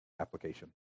application